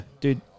dude